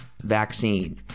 vaccine